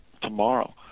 tomorrow